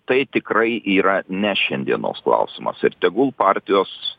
tai tikrai yra ne šiandienos klausimas ir tegul partijos